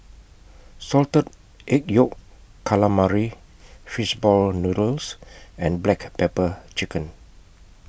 Salted Egg Yolk Calamari Fish Ball Noodles and Black Pepper Chicken